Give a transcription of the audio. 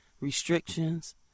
restrictions